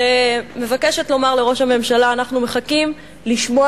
ומבקשת לומר לראש הממשלה: אנחנו מחכים לשמוע